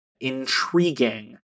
intriguing